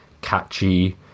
catchy